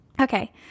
Okay